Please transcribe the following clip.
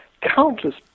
countless